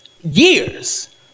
years